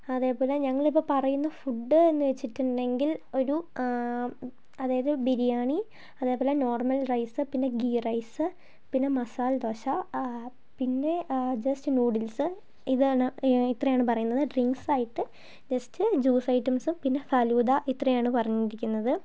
അതേപോലെ ഞങ്ങൾ ഇപ്പം പറയുന്ന ഫുഡ് എന്ന് വച്ചിട്ടുണ്ടെങ്കിൽ ഒരു അതായത് ബിരിയാണി അതേപോലെ നോർമൽ റൈസ് പിന്നെ ഗീ റൈസ് പിന്നെ മസാലദോശ പിന്നെ ജസ്റ്റ് നൂഡിൽസ് ഇതാണ് ഇത്രയാണ് പറയുന്നത് ഡ്രിങ്ക്സായിട്ട് ജസ്റ്റ് ജ്യൂസ് ഐറ്റംസും പിന്നെ ഫലൂഡ ഇത്രയാണ് പറഞ്ഞിരിക്കുന്നത്